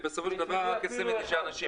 ובסופו של דבר רק 29. בסדר.